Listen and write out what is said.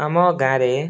ଆମ ଗାଁରେ